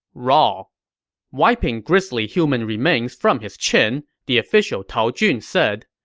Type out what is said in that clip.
raw wiping grisly human remains from his chin, the official tao jun said,